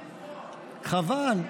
חבל.